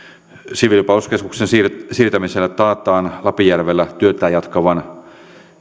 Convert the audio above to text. siviilipalveluskeskuksen siirtämisellä taataan lapinjärvellä työtään jatkavan